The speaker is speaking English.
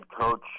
coach